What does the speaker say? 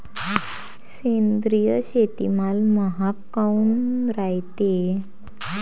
सेंद्रिय शेतीमाल महाग काऊन रायते?